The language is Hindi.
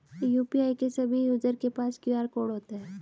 यू.पी.आई के सभी यूजर के पास क्यू.आर कोड होता है